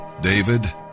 David